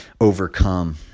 overcome